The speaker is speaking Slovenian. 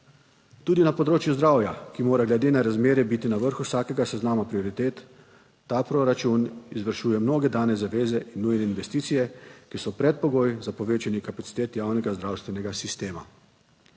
Tudi na področju zdravja, ki mora glede na razmere biti na vrhu vsakega seznama prioritet, ta proračun izvršuje mnoge dane zaveze in nujne investicije, ki so predpogoj za povečanje kapacitet javnega zdravstvenega sistema.